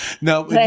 Now